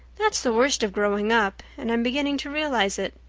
that's the worst of growing up, and i'm beginning to realize it.